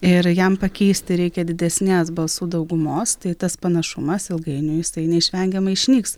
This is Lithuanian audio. ir jam pakeisti reikia didesnės balsų daugumos tai tas panašumas ilgainiui jisai neišvengiamai išnyks